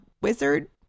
wizard